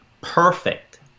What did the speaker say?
perfect